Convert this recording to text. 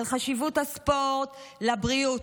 על חשיבות הספורט לבריאות.